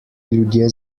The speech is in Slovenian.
ljudje